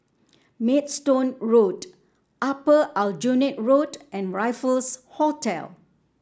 Maidstone Road Upper Aljunied Road and Raffles Hotel